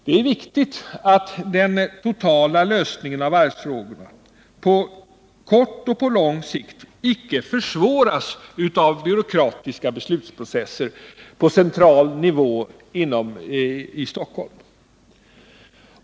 Det är viktigt att den totala lösningen av varvsfrågorna på kort och på lång sikt icke försvåras av byråkratiska beslutsprocesser på central nivå i Stockholm.